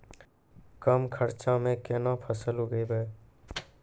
कम खर्चा म केना फसल उगैबै?